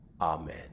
Amen